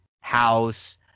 House